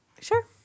Sure